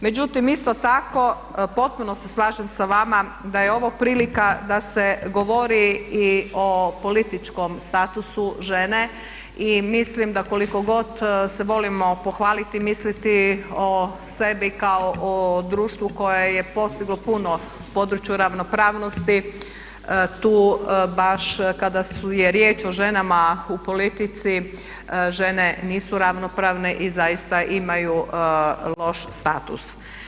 Međutim, isto tako potpuno se slažem s vama da je ovo prilika da se govori i o političkom statusu žene i mislim da koliko god se volimo pohvaliti i misliti o sebi kao o društvu koje je postiglo puno u području ravnopravnosti tu baš kada je riječ o ženama u politici žene nisu ravnopravne i zaista imaju loš status.